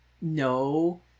no